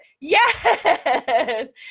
Yes